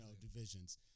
divisions